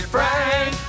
Frank